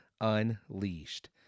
unleashed